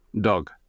Dog